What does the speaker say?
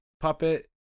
puppet